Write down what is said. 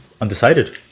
undecided